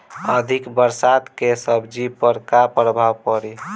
अधिक बरसात के सब्जी पर का प्रभाव पड़ी?